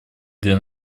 для